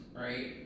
right